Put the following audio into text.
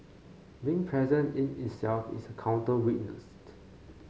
being present in itself is a counter witness